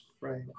Right